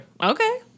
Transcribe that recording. Okay